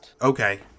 Okay